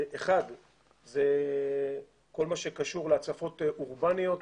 כל מה שקשור להצפות אורבניות,